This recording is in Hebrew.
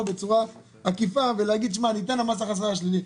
בצורה עקיפה ולומר שאני אתן לה מס הכנה שלילי,